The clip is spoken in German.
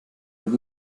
mit